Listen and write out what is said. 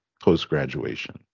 post-graduation